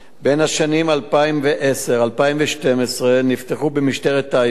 בין השנים 2010 ו-2012 נפתחו במשטרת טייבה